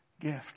gift